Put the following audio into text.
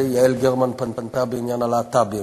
יעל גרמן פנתה בעניין הלהטב"ים,